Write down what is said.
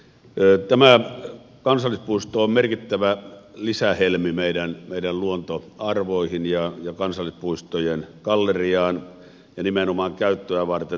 tämä kansallispuisto on merkittävä lisähelmi meidän luontoarvoihin ja kansallispuistojen galleriaan ja nimenomaan käyttöä varten tarkoitettu